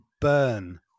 burn